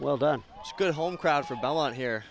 well done good home crowd for bell and he